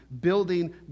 building